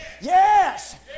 Yes